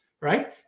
right